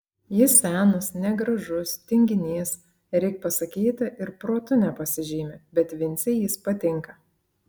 jis senas negražus tinginys reik pasakyti ir protu nepasižymi bet vincei jis patinka